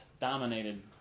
dominated